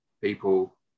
people